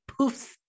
poofs